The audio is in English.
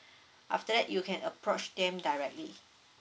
after that you can approach them directly